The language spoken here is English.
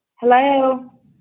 Hello